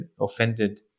offended